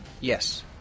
Yes